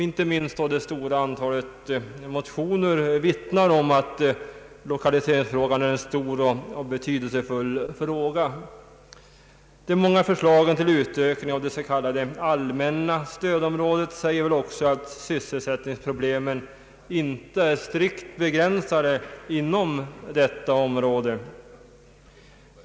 Inte minst det stora antalet motioner vittnar om att lokaliseringsfrågan är stor och betydelsefull. De många förslagen till utökning av det s.k. allmänna stödområdet visar väl också att sysselsättningsproblemen inte är strikt begränsade inom detta område.